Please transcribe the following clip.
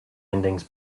endings